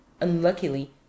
unluckily